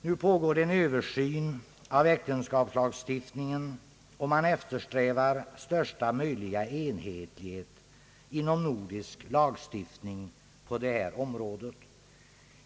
Nu pågår en översyn av äktenskaps lagstiftningen, och man eftersträvar största möjliga enhetlighet inom nordisk lagstiftning på detta område.